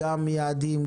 גם יעדים,